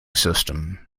system